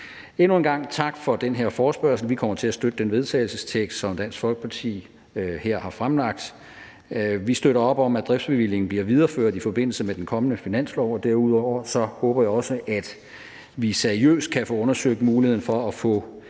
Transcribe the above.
Endnu en gang tak for den her forespørgsel. Vi kommer til at støtte det forslag til vedtagelse, som Dansk Folkeparti her har fremsat. Vi støtter op om, at driftsbevillingen bliver videreført i forbindelse med den kommende finanslov, og derudover håber jeg også, at vi seriøst kan få undersøgt muligheden for at få